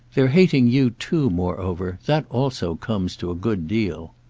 their hating you too moreover that also comes to a good deal.